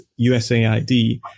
USAID